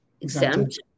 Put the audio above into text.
exempt